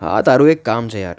હા તારું એક કામ છે યાર